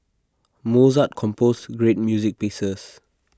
Mozart composed great music pieces